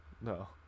No